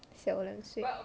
小我两岁